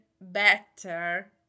better